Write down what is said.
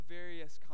various